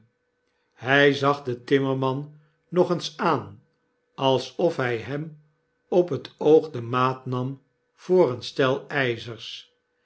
hjj zag den timmerman nog eens aan alsof hjj hem op het oog de maat nam voor een stel yzers